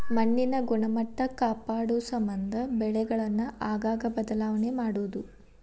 ಮಣ್ಣಿನ ಗುಣಮಟ್ಟಾ ಕಾಪಾಡುಸಮಂದ ಬೆಳೆಗಳನ್ನ ಆಗಾಗ ಬದಲಾವಣೆ ಮಾಡುದು